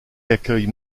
accueille